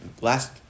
Last